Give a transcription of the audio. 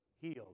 healed